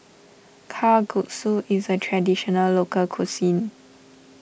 Kalguksu is a Traditional Local Cuisine